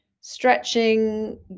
stretching